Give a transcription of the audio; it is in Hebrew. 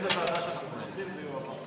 לאיזו ועדה שאנחנו רוצים זה יועבר,